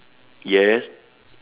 yes